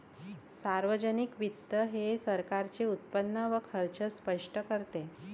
सार्वजनिक वित्त हे सरकारचे उत्पन्न व खर्च स्पष्ट करते